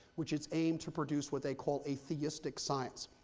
which is aimed to produce what they call atheistic science.